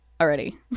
already